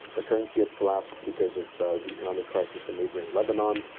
the currency has collapsed because of ah the economic crisis in neighboring lebanon.